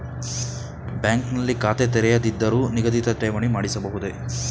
Bank ನಲ್ಲಿ ಖಾತೆ ತೆರೆಯದಿದ್ದರೂ ನಿಗದಿತ ಠೇವಣಿ ಮಾಡಿಸಬಹುದೇ?